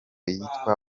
yitwa